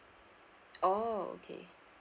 oh okay